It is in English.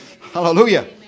Hallelujah